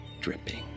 dripping